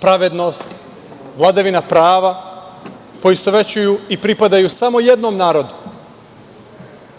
pravednost, vladavina prava, poistovećuju i pripadaju samo jednom narodu?